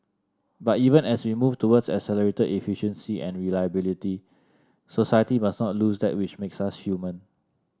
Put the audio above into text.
but even as we move towards accelerated efficiency and reliability society must not lose that which makes us human